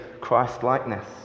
Christ-likeness